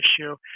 issue